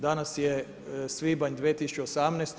Danas je svibanj 2018.